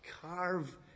carve